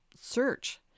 search